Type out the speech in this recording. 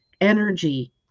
energy